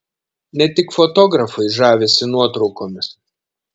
ne tik fotografai žavisi nuotraukomis